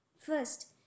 First